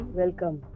welcome